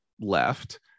Left